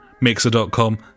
mixer.com